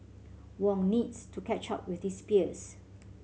Wong needs to catch up with his peers